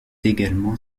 également